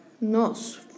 Nos